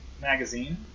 magazine